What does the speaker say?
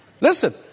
Listen